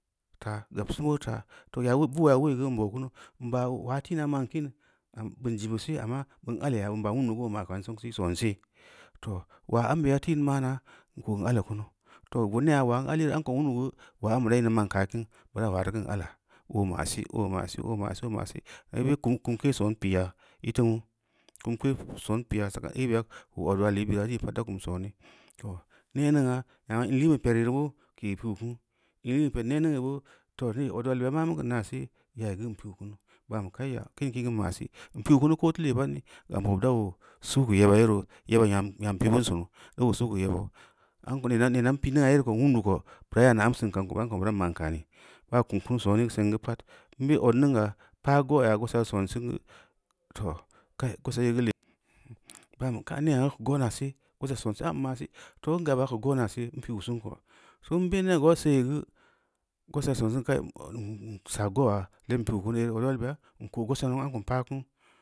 Taa, gabsin boo taa, too boo yaa uleui geu n bau kunu, n baa ulaa teu ina ma’n kin gam bin zibu see amma bin aleu bin baa ulundu oo ma’ kam sengsi sonse, too, ulaa aubey teu in ma’na n ko’u aleu kunu to nee ulaa n al yere amko ulindu geu ulaa anube reu inneu man kaafim bura maa teu kam ala oo mo’ si, ooma’ si, oo ma’ si, are kumkee son piya i teungna, kumke son piya sak ebeya a geu odulal bii bira, mii pad teu kum sooni too nel ningna nyama in liin be pereu reu boo kei piu kuu, in liin be ped nee ningneu boo too le odulal beya maa mu keu naase yaī geu n pi’u kumu, bam bu kaiya kin kin geu n ma si, n piu kunu ko teu leepad gam bo dau suu geu yebira yeroo, ijeba nyam pī bin sunu da oo suu geu yebau, amko neena n pī’ ningna yere ko wundu ko bura yana amsin kan ko amko buran man kani, baa kum kin sooni seng geu pad, n be’ odningna paa go’ yaa gosa son sin geu too, kai gosa yoo geu lee? Ban bu kai neegu go’na see, gosa sonse kai n ma’kansi, too, n gaba geu go’ naase, n pi’u sinko, soo n be’ nee go’ seei geu gosa sonsi geu hur n saa go’ula lebm pi’u kunu, le’ odiualbeya n ko’ gosa nou amko n paa kunu, n ko’ gosa mu amko n paa kunu.